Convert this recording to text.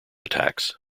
attacks